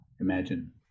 imagine